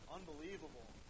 Unbelievable